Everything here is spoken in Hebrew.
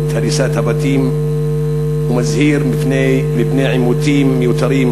הריסת הבתים ומזהיר מפני עימותים מיותרים,